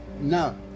no